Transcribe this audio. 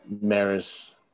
Maris